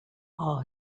all